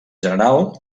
general